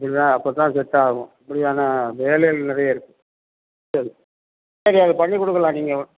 புரியுதா அப்போ தான் செட் ஆகும் இல்லைன்னா வேலைகள் நிறைய இருக்குது சரி சரி அதை பண்ணிக்கொடுக்கலாம் நீங்கள்